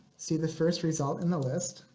see the first result in the list.